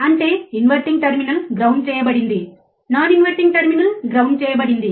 అంటే inverting terminal ground చేయబడింది non inverting terminal ground చేయబడింది